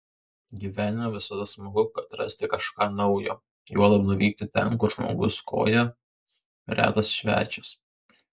gyvenime visada smagu atrasti kažką naujo juolab nuvykti ten kur žmogus koja retas svečias